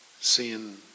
seeing